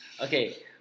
Okay